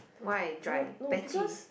why dry patchy